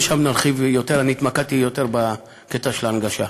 ושם נרחיב יותר, התמקדתי יותר בקטע של ההנגשה.